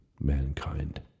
mankind